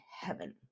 heaven